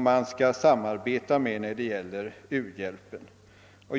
man skall samar beta med när det gäller u-hjälpen.